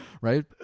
right